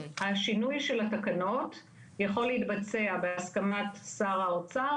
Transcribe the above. השינוי של התקנות יכול להתבצע בהסכמת שר האוצר